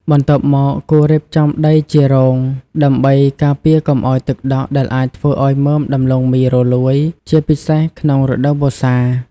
បន្ទាប់មក គួររៀបចំដីជារង ដើម្បីការពារកុំឱ្យទឹកដក់ដែលអាចធ្វើឱ្យមើមដំឡូងមីរលួយ ជាពិសេសក្នុងរដូវវស្សា។